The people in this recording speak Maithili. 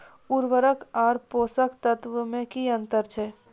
उर्वरक आर पोसक तत्व मे की अन्तर छै?